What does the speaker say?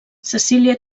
cecília